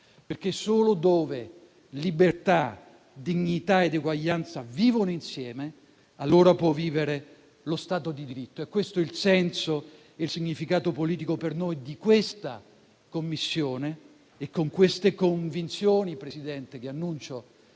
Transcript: perché solo dove libertà, dignità ed eguaglianza vivono insieme può vivere lo Stato di diritto. Per noi questo è il senso e il significato politico della Commissione e con queste convinzioni, signor Presidente, annuncio